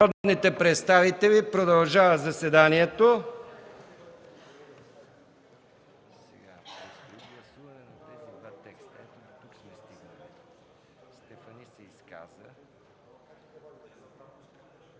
народните представители, продължаваме заседанието.